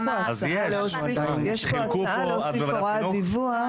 יש פה הצעה להוסיף הוראת דיווח.